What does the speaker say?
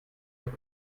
doch